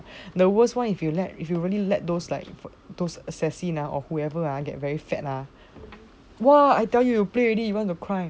the worst one if you let if you really let those like those assassin whoever get very fat ah !wah! I tell you play already you want to cry